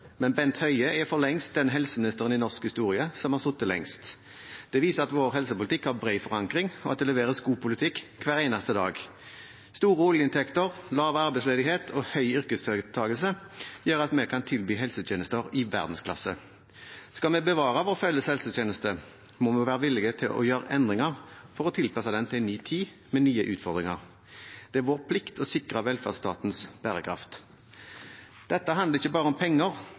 men Bent Høie er for lengst den helseministeren i norsk historie som har sittet lengst. Det viser at vår helsepolitikk har bred forankring, og at det leveres god politikk hver eneste dag. Store oljeinntekter, lav arbeidsledighet og høy yrkesdeltakelse gjør at vi kan tilby helsetjenester i verdensklasse. Skal vi bevare vår felles helsetjeneste, må vi være villige til å gjøre endringer for å tilpasse den til en ny tid med nye utfordringer. Det er vår plikt å sikre velferdsstatens bærekraft. Dette handler ikke bare om penger.